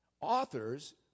authors